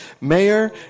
Mayor